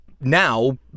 now